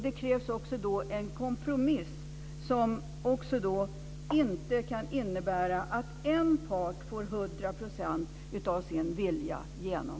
Det krävs också en kompromiss som inte innebär att en part får 100 % av sin vilja igenom.